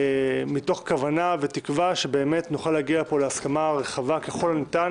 מתוך כוונה ותקווה שנוכל להגיע פה להסכמה רחבה ככל הניתן